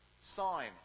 Sign